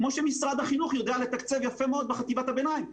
כמו שמשרד החינוך יודע לתקצב יפה מאוד בחטיבת הביניים.